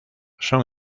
son